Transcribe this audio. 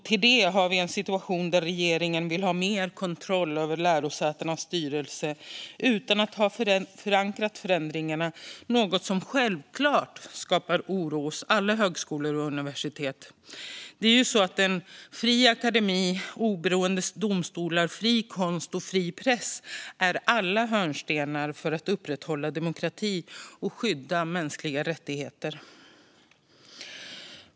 Till det har vi nu en situation där regeringen vill ha mer kontroll över lärosätenas styrelser utan att ha förankrat förändringarna, något som självklart skapar oro hos alla högskolor och universitet. En fri akademi, oberoende domstolar, fri konst och fri press är alla hörnstenar för att upprätthålla demokrati och skydda mänskliga rättigheter.